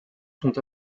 sont